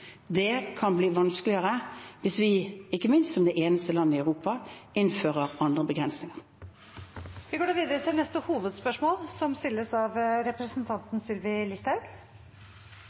kan bli vanskeligere hvis vi, ikke minst som det eneste landet i Europa, innfører andre begrensninger. Vi går videre til neste hovedspørsmål.